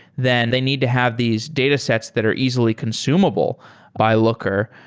then they need to have these datasets that are easily consumable by looker,